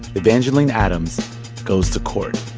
evangeline adams goes to court